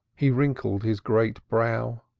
he wrinkled his great brow.